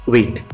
Wait